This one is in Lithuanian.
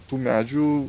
tų medžių